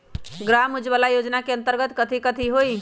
ग्राम उजाला योजना के अंतर्गत कथी कथी होई?